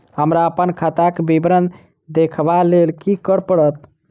हमरा अप्पन खाताक विवरण देखबा लेल की करऽ पड़त?